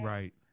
Right